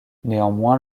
néanmoins